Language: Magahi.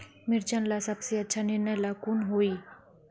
मिर्चन ला सबसे अच्छा निर्णय ला कुन होई?